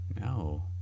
No